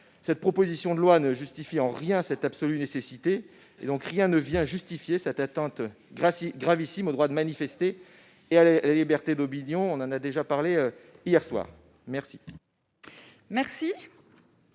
Cette proposition de loi ne justifie en rien cette absolue nécessité. Rien ne vient donc justifier cette atteinte gravissime au droit de manifester et à la liberté d'opinion- nous en avons déjà parlé hier soir. Quel